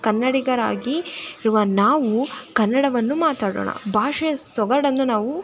ಕನ್ನಡಿಗರಾಗಿ ಇರುವ ನಾವು ಕನ್ನಡವನ್ನು ಮಾತಾಡೋಣ ಭಾಷೆಯ ಸೊಗಡನ್ನು ನಾವು